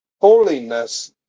holiness